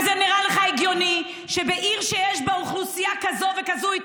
האם זה נראה לך, חברת הכנסת שטרית, נא